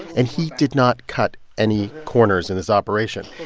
and he did not cut any corners in this operation.